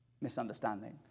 misunderstanding